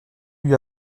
lui